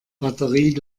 batterie